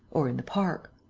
or in the park.